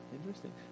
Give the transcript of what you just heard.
Interesting